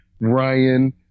Ryan